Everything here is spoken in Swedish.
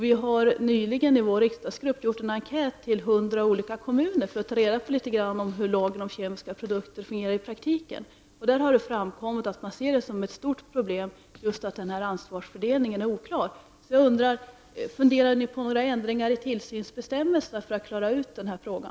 Vi har nyligen i vår riksdagsgrupp gjort en enkät som vi har skickat till 100 olika kommuner för att ta reda på litet grand om hur lagen om kemiska produkter fungerar i praktiken. Det har då framkommit att kommunerna ser det som ett stort problem att ansvarsfördelningen är oklar. Jag undrar om regeringen funderar på att göra några ändringar i tillsynsbestämmelserna för att klara ut denna fråga?